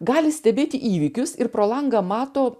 gali stebėti įvykius ir pro langą mato